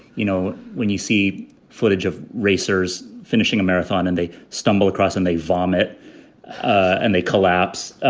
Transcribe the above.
you know, when you see footage of racers finishing a marathon and they stumble across and they vomit and they collapse.